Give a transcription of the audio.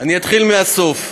אתחיל מהסוף.